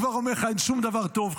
בהפטרה אין שום דבר טוב,